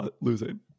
losing